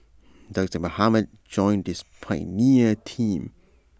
doctor Mohamed joined this pioneer team